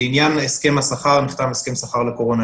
בעניין הסכם השכר נחתם הסכם שכר לקורונה,